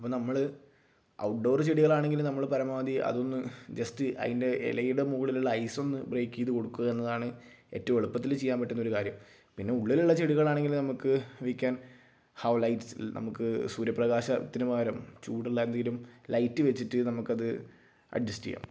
അപ്പ നമ്മള് ഔട്ട്ഡോ ചെടികളാണെങ്കില് നമ്മള് പരമാവധി അതൊന്ന് ജസ്റ്റ് അയിൻ്റെ എലയുടെ മുകളിലൊള്ള ഐസൊന്ന് ബ്രേക്ക് ചെയ്ത് കൊടുക്കുക എന്നതാണ് ഏറ്റവും എളുപ്പത്തില് ചെയ്യാൻ പറ്റുന്നൊരു കാര്യം പിന്നെ ഉള്ളിലൊള്ള ചെടികളാണെങ്കില് നമുക്ക് വി ക്യാൻ ഹൗ ലൈറ്റ്സ് നമുക്ക് സൂര്യപ്രകാശത്തിന് പകരം ചൂടുള്ള എന്തെങ്കിലും ലൈറ്റ് വച്ചിട്ട് നമുക്കത് അഡ്ജസ്റ്റ് ചെയ്യാം